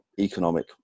economic